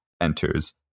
enters